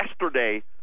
yesterday